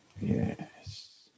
Yes